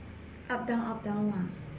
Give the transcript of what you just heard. up down up down lah